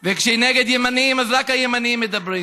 חבר הכנסת גליק?